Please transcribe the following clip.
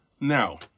now